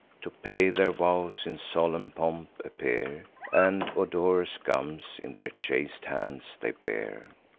to pay their vows in solemn pomp appear, and odorous gums in their chaste hands they bear.